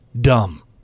dumb